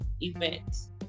events